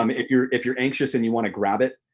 um if you're if you're anxious and you wanna grab it,